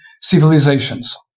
civilizations